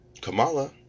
Kamala